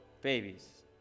babies